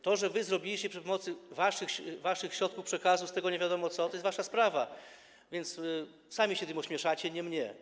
To, że wy zrobiliście za pomocą waszych środków przekazu z tego nie wiadomo co, to jest wasza sprawa, więc sami się tym ośmieszacie, nie mnie.